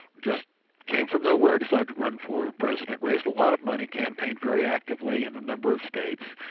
just came from nowhere, decided to run for president, raised a lot of money, campaigned very actively in a number of states,